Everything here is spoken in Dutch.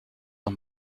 een